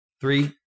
Three